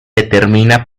determina